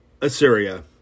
Assyria